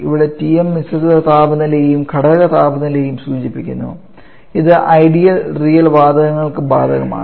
ഇവിടെ Tm മിശ്രിത താപനിലയെയും ഘടക താപനിലയെയും സൂചിപ്പിക്കുന്നു ഇത് ഐഡിയൽ റിയൽ വാതകങ്ങൾക്ക് ബാധകമാണ്